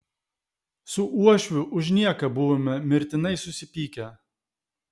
su uošviu už nieką buvome mirtinai susipykę